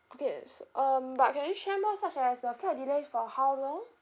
okay s~ um but can you share more such as the flight delay is for how long